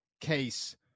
case